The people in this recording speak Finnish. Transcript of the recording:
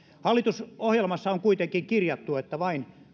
hallitusohjelmassa on kuitenkin kirjattu että vain